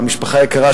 למשפחה היקרה,